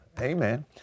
Amen